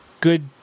good